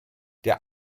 der